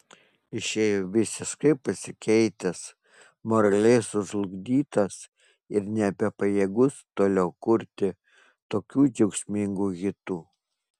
išėjo visiškai pasikeitęs moraliai sužlugdytas ir nebepajėgus toliau kurti tokių džiaugsmingų hitų